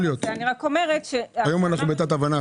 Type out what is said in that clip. אני רק אומרת --- היום אנחנו בתת הבנה,